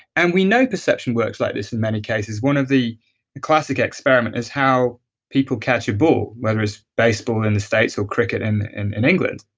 and we know perception works like this in many cases one of the classic experiment is how people catch a ball, whether it's baseball in the states or cricket and in in england,